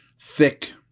thick